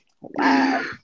Wow